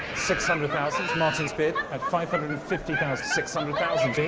six hundred thousand the monkey's bid at five hundred and fifty thousand. six hundred thousand bid,